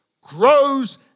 grows